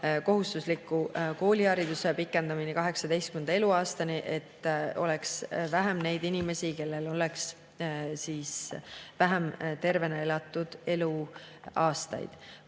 kohustusliku koolihariduse pikendamine 18. eluaastani, et oleks vähem neid inimesi, kellel oleks vähem tervena elatud eluaastaid.